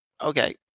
okay